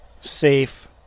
safe